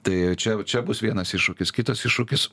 tai čia čia bus vienas iššūkis kitas iššūkis